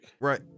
Right